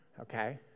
okay